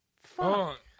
Fuck